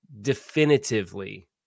definitively